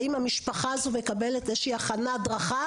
האם המשפחה הזו מקבלת הכנה או הדרכה